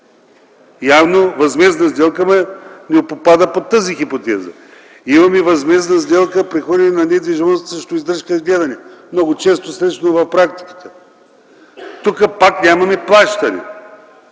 Явно е възмездна сделка, но не попада под тази хипотеза. Имаме възмездна сделка прехвърляне на недвижим имот срещу издръжка и гледане, много често срещано в практиката. Тук пак нямаме плащане,